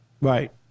right